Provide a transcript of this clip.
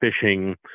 fishing